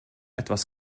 etwas